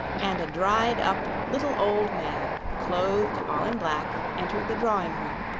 and a dried-up, little, old man, clothed all in black, entered the drawing-room.